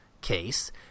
case